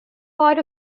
part